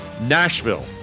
Nashville